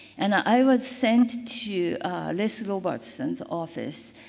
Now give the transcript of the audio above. and i were sent to les robertson's office,